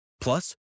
Plus